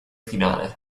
finale